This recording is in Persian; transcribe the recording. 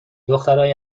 دخترای